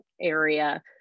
area